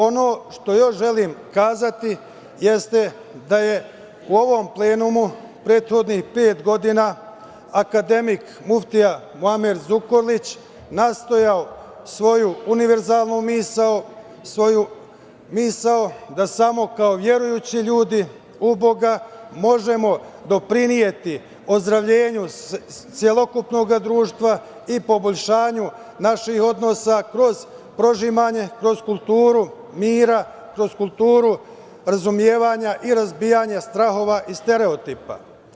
Ono što još želim kazati jeste da je u ovom plenumu prethodnih pet godina akademik muftija Muamer Zukorlić nastojao svoju univerzalnu misao, svoju misao da samo kao verujući ljudi u Boga možemo doprineti ozdravljenju celokupnog društva i poboljšanju naših odnosa kroz prožimanje, kroz kulturu mira, kroz kulturu razumevanja i razbijanja strahova i stereotipa.